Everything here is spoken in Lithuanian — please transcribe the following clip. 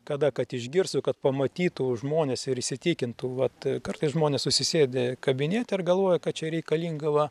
kada kad išgirstų kad pamatytų žmonės ir įsitikintų vat kartais žmonės užsisėdi kabinete ir galvoja kad čia reikalinga va